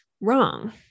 wrong